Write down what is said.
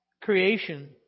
creation